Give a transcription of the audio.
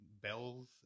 bells